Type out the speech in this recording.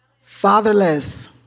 Fatherless